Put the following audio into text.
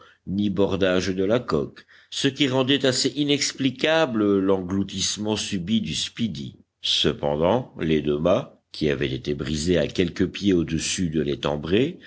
ni bordage de la coque ce qui rendait assez inexplicable l'engloutissement subit du speedy cependant les deux mâts qui avaient été brisés à quelques pieds au-dessus de